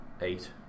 eight